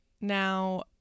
Now